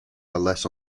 less